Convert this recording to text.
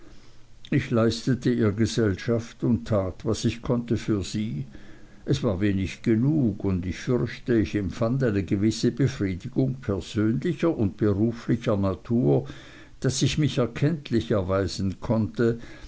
ich leistete ihr gesellschaft und tat was ich konnte für sie es war wenig genug und ich fürchte ich empfand eine gewisse befriedigung persönlicher und beruflicher natur daß ich mich ihr erkenntlich erweisen konnte